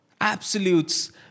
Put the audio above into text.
absolutes